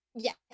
Yes